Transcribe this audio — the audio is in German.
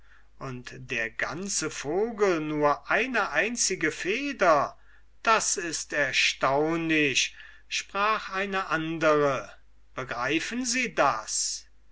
und der ganze vogel nur eine einzige feder das ist erstaunlich sprach eine andere begreifen sie das